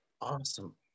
awesome